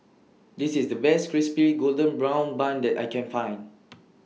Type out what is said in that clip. This IS The Best Crispy Golden Brown Bun that I Can Find